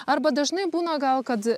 arba dažnai būna gal kad